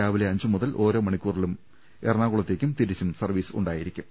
രാവിലെ അഞ്ചു മുതൽ ഓരോ മണിക്കുറിലും എറണാകുളത്തേക്കും തിരിച്ചും സർവീസ് ഉണ്ടായിരിക്കും